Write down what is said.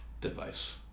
device